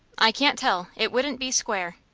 i can't tell it wouldn't be square.